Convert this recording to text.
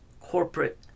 corporate